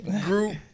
group